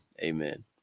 Amen